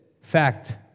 Fact